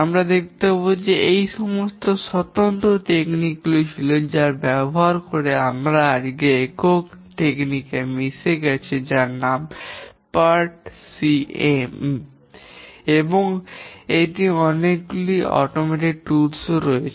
আমরা দেখতে পাব যে এক সময় এই দুটি স্বতন্ত্র টেকনিক ছিল যার নিজস্ব ব্যবহার রয়েছে তবে এখন এটি একক টেকনিক এ মিশে গেছে যার নাম PERT CPM এবং এটি অনেকগুলি স্বয়ংক্রিয় টুল রয়েছে